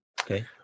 Okay